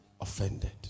offended